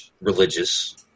religious